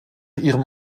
ihrem